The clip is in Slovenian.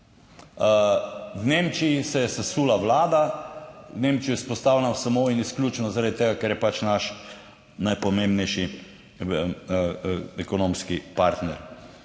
V Nemčiji se je sesula vlada; Nemčijo izpostavljam samo in izključno zaradi tega, ker je pač naš najpomembnejši ekonomski partner.